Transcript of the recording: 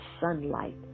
sunlight